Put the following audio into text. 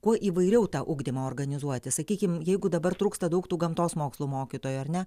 kuo įvairiau tą ugdymą organizuoti sakykim jeigu dabar trūksta daug tų gamtos mokslų mokytojų ar ne